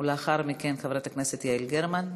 ולאחר מכן, חברת הכנסת יעל גרמן.